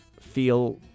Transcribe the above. feel